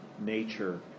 nature